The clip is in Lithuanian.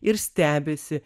ir stebisi